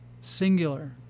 singular